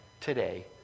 today